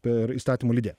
per įstatymų leidėją